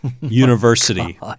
University